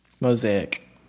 Mosaic